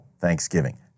Thanksgiving